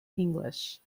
english